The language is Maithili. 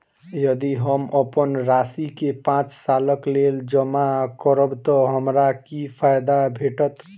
यदि हम अप्पन राशि केँ पांच सालक लेल जमा करब तऽ हमरा की फायदा भेटत?